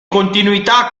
continuità